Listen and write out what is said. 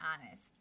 honest